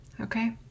Okay